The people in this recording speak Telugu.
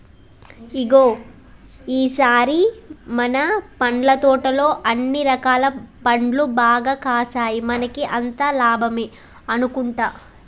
ఇగో ఈ సారి మన పండ్ల తోటలో అన్ని రకాల పండ్లు బాగా కాసాయి మనకి అంతా లాభమే అనుకుంటా